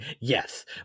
Yes